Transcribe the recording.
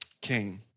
king